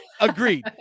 Agreed